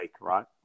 right